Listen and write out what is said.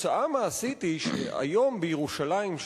התוצאה המעשית היא שהיום בירושלים,